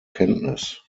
kenntnis